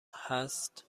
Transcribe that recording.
هست